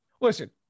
listen